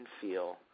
feel